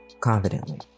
confidently